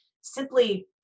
simply